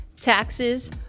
taxes